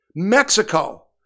Mexico